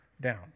down